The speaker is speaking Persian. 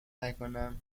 نکنم